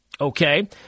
Okay